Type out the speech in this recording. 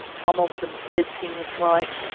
some of them said things like,